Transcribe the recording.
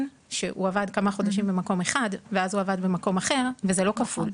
שהוא עבד כמה חודשים במקום אחד ואז הוא עבד במקום אחר וזה לא כפול.